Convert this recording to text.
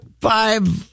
five